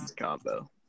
combo